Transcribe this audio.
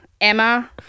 Emma